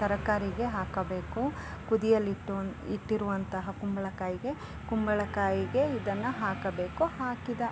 ತರಕಾರಿಗೆ ಹಾಕಬೇಕು ಕುದಿಯಲಿಟ್ಟು ಒಂದು ಇಟ್ಟಿರುವಂತಹ ಕುಂಬಳ ಕಾಯಿಗೆ ಕುಂಬಳ ಕಾಯಿಗೆ ಇದನ್ನು ಹಾಕಬೇಕು ಹಾಕಿದ